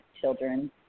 children